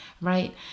right